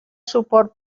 suport